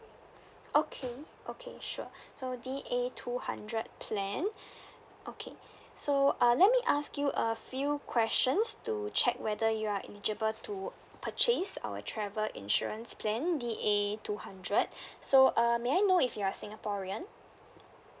okay okay sure so D_A two hundred plan okay so uh let me ask you a few questions to check whether you are eligible to purchase our travel insurance plan D_A two hundred so uh may I know if you're singaporean